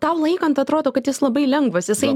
tau laikant atrodo kad jis labai lengvas jisai